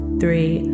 three